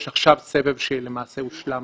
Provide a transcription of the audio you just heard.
יש עכשיו סבב שלמעשה הושלם.